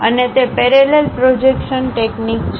અને તે parallel projection technique છે